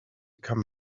come